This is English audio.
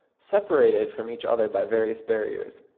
separated from each other by various barriers,